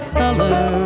color